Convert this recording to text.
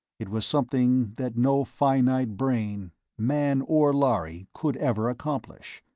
it was something that no finite brain man or lhari could ever accomplish,